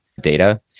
data